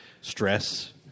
stress